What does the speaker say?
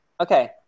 Okay